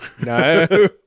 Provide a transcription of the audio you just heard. No